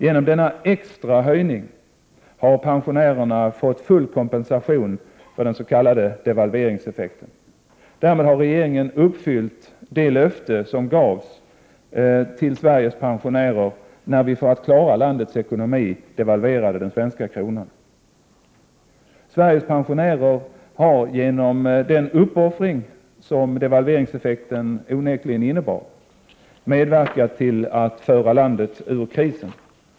Genom denna extra höjning har pensionärerna fått full kompensation för den s.k. devalveringseffekten. Därmed har regeringen uppfyllt det löfte som gavs till Sveriges pensionärer, när vi för att klara landets ekonomi devalverade den svenska kronan. Sveriges pensionärer har genom den uppoffring som devalveringseffekten onekligen innebar medverkat till att föra landet ur krisen.